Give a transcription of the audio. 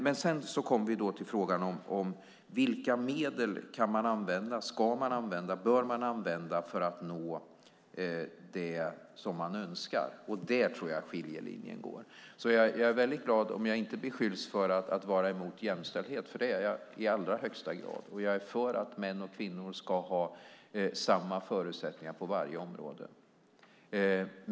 Men sedan kommer vi till frågan: Vilka medel kan man använda, ska man använda, bör man använda för att nå det som man önskar? Där tror jag att skiljelinjen går. Jag är väldigt glad om jag inte beskylls för att vara emot jämställdhet - jag är i allra högsta grad för. Och jag är för att män och kvinnor ska ha samma förutsättningar på varje område.